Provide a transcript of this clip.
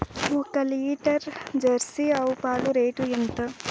ఒక litre jersey ఆవు పాలు రేటు ఎంత?